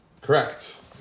Correct